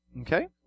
Okay